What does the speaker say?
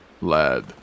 lad